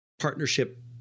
partnership